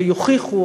ויוכיחו,